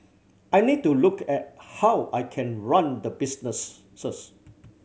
I need to look at how I can run the businesses